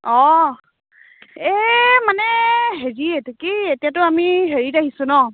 অ এই মানে হেৰি এইটো কি এতিয়াতো আমি হেৰিত আহিছোঁ ন'